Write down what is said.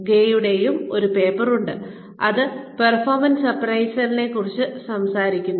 ഗ്രേയുടെ ഒരു പേപ്പർ ഉണ്ട് അത് പെർഫോമൻസ് അപ്പ്രൈസലിനെ കുറിച്ച് സംസാരിക്കുന്നു